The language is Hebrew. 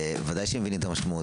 בוודאי שהם מבינים את המשמעות.